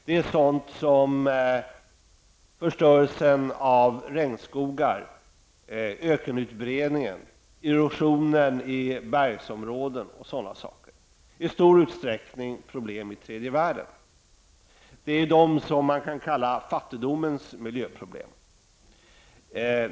Det gäller sådant som förstörelsen av regnskogar, ökenutbredningen, erosionen i bergsområden m.m. I stor utsträckning är det problem i tredje världen. Det är dessa man kan kalla fattigdomens miljöproblem.